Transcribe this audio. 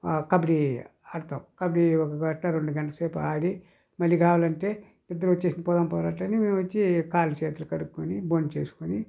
కబడి ఆడతాం కబడి ఒక గంట రెండు గంటల సేపు ఆడి మళ్లీ కావాలంటే నిద్ర వచ్చేసింది పోదాం పారా అంటే మేము వచ్చి కాలు చేతులు కడుక్కొని భోంచేసుకుని